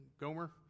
Gomer